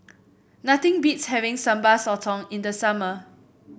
nothing beats having Sambal Sotong in the summer